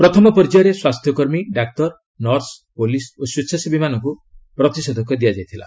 ପ୍ରଥମ ପର୍ଯ୍ୟାୟରେ ସ୍ୱାସ୍ଥ୍ୟକର୍ମୀ ଡାକ୍ତର ନର୍ସ ପୋଲିସ ଓ ସ୍ୱେଚ୍ଛାସେବୀମାନଙ୍କୁ ପ୍ରତିଷେଧକ ଦିଆଯାଇଥିଲା